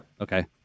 Okay